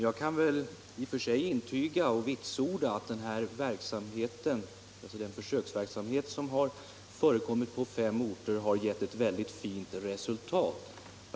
Jag kan intyga att den försöksverksamhet med intensifierad arbetsförmedling för ungdom som förekommit på fem orter har givit ett fint resultat. Bl.